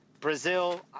Brazil